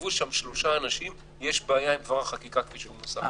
יתעכבו שם שלושה אנשים יש בעיה עם דבר החקיקה כפי שמנוסח.